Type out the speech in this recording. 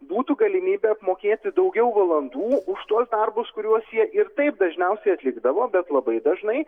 būtų galimybė apmokėti daugiau valandų už tuos darbus kuriuos jie ir taip dažniausiai atlikdavo bet labai dažnai